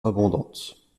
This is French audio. abondante